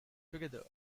together